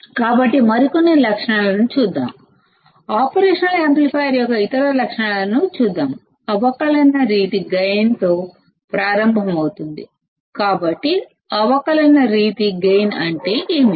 కాబట్టి మరికొన్ని లక్షణాలను చూద్దాం ఆపరేషనల్ యాంప్లిఫైయర్ యొక్క ఇతర లక్షణాలను చూద్దాం అవకలన రీతి గైన్ తో ప్రారంభిద్దాం కాబట్టి అవకలన రీతి గైన్ అంటే ఏమిటి